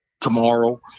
tomorrow